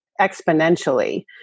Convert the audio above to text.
exponentially